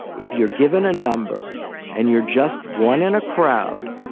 if you're given a number and you're just one in a crowd,